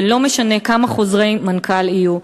ולא משנה כמה חוזרי מנכ"ל יהיו".